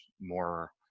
more